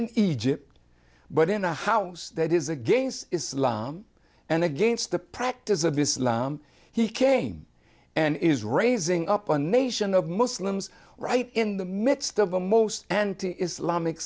in egypt but in a house that is against islam and against the practice of islam he came and is raising up a nation of muslims right in the midst of a most anti islamic